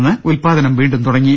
നിന്ന് ഉൽപാദനം വീണ്ടും തുടങ്ങി